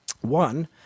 One